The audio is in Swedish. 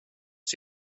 oss